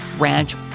ranch